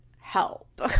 help